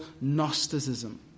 Gnosticism